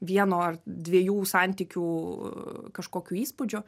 vieno ar dviejų santykių kažkokiu įspūdžiu